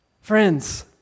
Friends